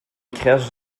crèche